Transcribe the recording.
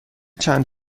چند